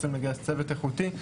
רוצים לגייס צוות איכותי.